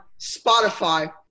Spotify